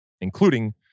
including